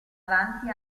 avanti